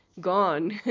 gone